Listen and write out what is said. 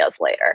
later